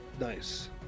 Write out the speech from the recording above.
Nice